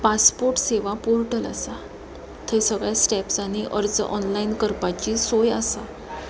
passport Seva portal आसा थंय सगळ्या स्टेप्सांनी अर्ज ऑनलायन करपाची सोय आसा